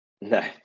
No